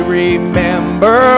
remember